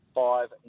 five